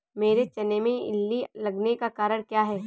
मेरे चने में इल्ली लगने का कारण क्या है?